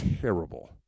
terrible